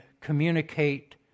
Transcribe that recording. communicate